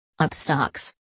Upstocks